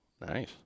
Nice